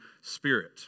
spirit